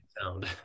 sound